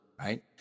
right